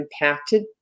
impacted